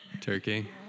Turkey